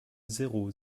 zéro